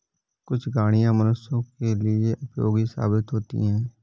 कुछ गाड़ियां मनुष्यों के लिए उपयोगी साबित होती हैं